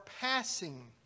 passing